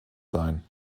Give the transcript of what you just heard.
sein